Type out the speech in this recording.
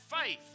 faith